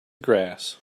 grass